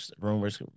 rumors